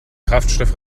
kraftstoff